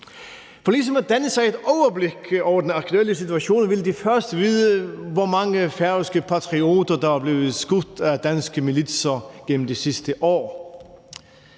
For ligesom at danne sig et overblik over den aktuelle situation ville de først vide, hvor mange færøske patrioter der var blevet skudt af danske militser gennem det sidste år.